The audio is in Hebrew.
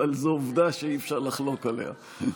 אבל זו עובדה שאי-אפשר לחלוק עליה.